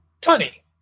Tunny